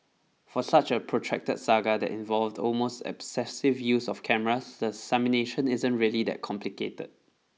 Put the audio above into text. for such a protracted saga that involved almost obsessive use of cameras the isn't really that complicated